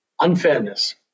unfairness